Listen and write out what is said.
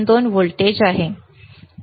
22 voltage आहे